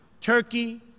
Turkey